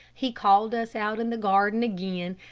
he called us out in the garden again,